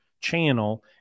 channel